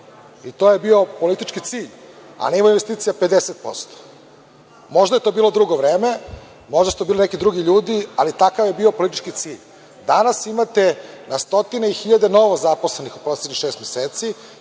i to je bio politički cilj, investicija 50%. Možda je to bilo drugo vreme, možda su to bili drugi ljudi, ali takav je bio politički cilj. Danas imate na stotine hiljada novozaposlenih u poslednjih šest meseci,